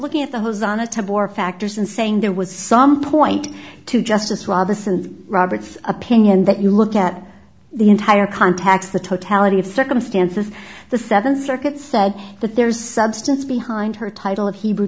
looking at the hose on a tab or factors and saying there was some point to justice robison roberts opinion that you look at the entire context the totality of circumstances the second circuit said that there is substance behind her title of hebrew